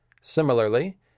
Similarly